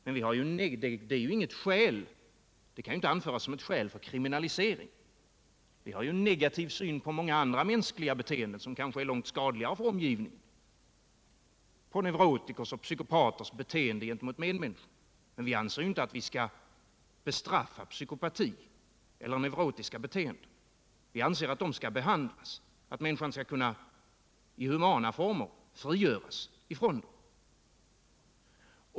Men detta kan ju inte anföras som ett skäl för kriminalisering. Vi har ju en negativ inställning till många andra mänskliga beteenden som kanske är långt skadligare för omgivningen — t.ex. neurotikers och psykopaters beteende gentemot medmäniskorna. Men vi anser inte att man skall bestraffa psykopati eller neurotiska beteenden, utan vi anser att dessa människor skall kunna behandlas och under humana former frigöras från sina avvikelser.